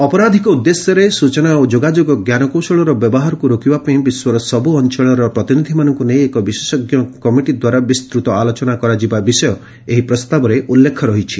ଅପରାଧିକ ଉଦ୍ଦେଶ୍ୟରେ ସ୍ୱଚନା ଓ ଯୋଗାଯୋଗ ଜ୍ଞାନକୌଶଳର ବ୍ୟବହାରକୁ ରୋକିବାପାଇଁ ବିଶ୍ୱର ସବୁ ଅଞ୍ଚଳର ପ୍ରତିନିଧିମାନଙ୍କୁ ନେଇ ଏକ ବିଶେଷଜ୍ଞ କମିଟିଦ୍ୱାରା ବିସ୍ତୃତ ଆଲୋଚନା କରାଯିବା ବିଷୟ ଏହି ପ୍ରସ୍ତାବରେ ଉଲ୍ଲେଖ ରହିଛି